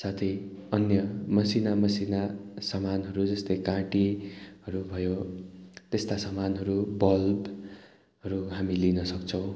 साथै अन्य मसिना मसिना सामानहरू जस्तै काँटीहरू भयो त्यस्ता सामानहरू बल्बहरू हामीले लिनसक्छौँ